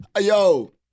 yo